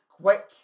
Quick